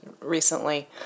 recently